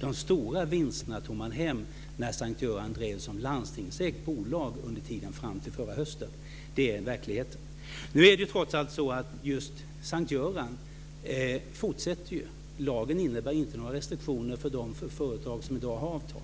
De stora vinsterna tog man hem när S:t Göran drevs som landstingsägt bolag under tiden fram till förra hösten. Det är verkligheten. Nu är det trots allt så att S:t Göran fortsätter. Lagen innebär inte några restriktioner för de företag som i dag har avtal.